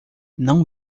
não